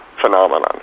phenomenon